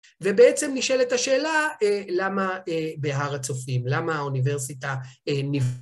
ובעצם נשאלת השאלה, למה בהר הצופים? למה האוניברסיטה...?